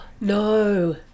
No